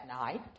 night